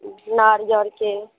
नारियलके